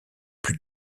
plus